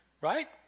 right